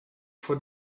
for